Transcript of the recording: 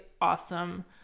awesome